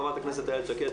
חברת הכנסת איילת שקד,